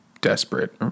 desperate